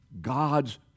God's